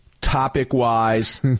Topic-wise